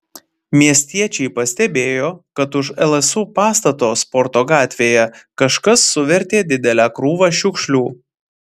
miestiečiai pastebėjo kad už lsu pastato sporto gatvėje kažkas suvertė didelę krūvą šiukšlių